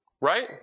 Right